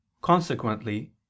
Consequently